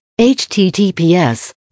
HTTPS